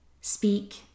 speak